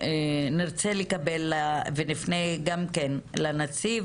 נפנה גם לנציב